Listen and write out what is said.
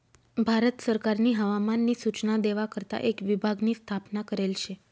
भारत सरकारनी हवामान नी सूचना देवा करता एक विभाग नी स्थापना करेल शे